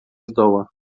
zdoła